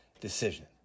decision